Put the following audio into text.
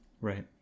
right